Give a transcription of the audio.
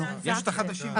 יש את החדשים.